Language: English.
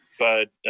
but